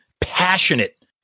passionate